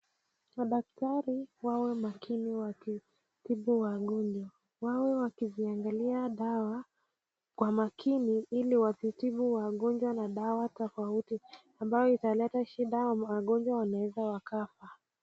Madaktari wawe makini wakitibu wagonjwa, wawe wakiziangalia dawa kwa makini ili wasitibu wagonjwa na dawa tofauti ambayo italeta shidana wagonjwanwanaweza wakafa.